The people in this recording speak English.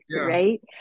Right